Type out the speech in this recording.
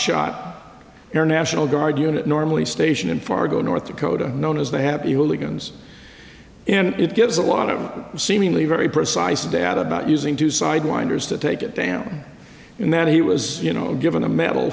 shot air national guard unit normally station in fargo north dakota known as the happy hooligans and it gives a lot of seemingly very precise data about using two sidewinders to take it down and then he was you know given a medal